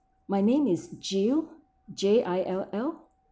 my name is jill J I L L